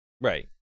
right